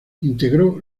integró